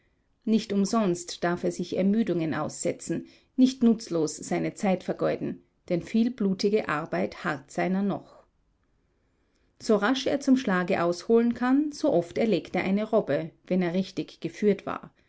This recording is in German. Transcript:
nicht umsonst darf er sich ermüdungen aussetzen nicht nutzlos seine zeit vergeuden denn viel blutige arbeit harrt seiner noch so rasch er zum schlage ausholen kann so oft erlegt er eine robbe wenn er richtig geführt war